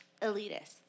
elitist